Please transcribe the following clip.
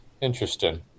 Interesting